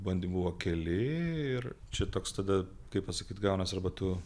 bandymų buvo keli ir čia toks tada kaip pasakyt gaunasi arba tu